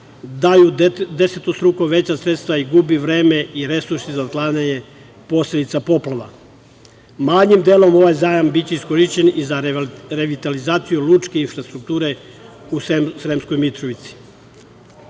daju desetostruko veća sredstva i gubi vreme i resursi za otklanjanje posledica poplava. Malim delom ovaj zajam biće iskorišćen za revitalizaciju lučke infrastrukture u Sremskoj Mitrovici.U